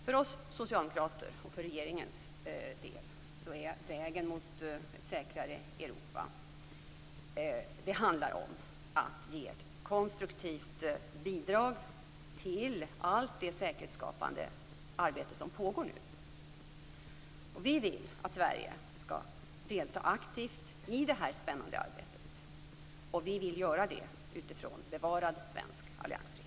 För oss socialdemokrater och för regeringens del handlar vägen mot ett säkrare Europa om att ge ett konstruktivt bidrag till allt det säkerhetsskapande arbete som nu pågår. Vi vill att Sverige skall delta aktivt i det här spännande arbetet, och vi vill göra det utifrån en bevarad svensk alliansfrihet.